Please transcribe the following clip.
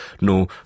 no